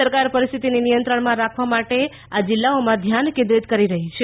સરકાર પરિસ્થિતિને નિયંત્રણમાં રાખવા માટે આ જિલ્લાઓમાં ધ્યાન કેન્દ્રિત કરી રહી છે